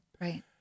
Right